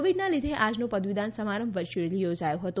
કોવિડનાં લીધે આજનો પદવીદાન સમારંભ વરર્યુઅલી યોજાયો હતો